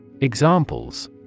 Examples